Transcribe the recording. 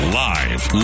live